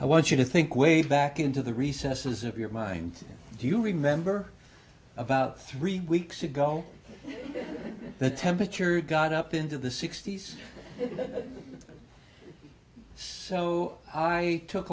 i want you to think way back into the recesses of your mind do you remember about three weeks ago the temperature got up into the sixty's so i took